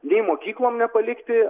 nei mokyklom nepalikti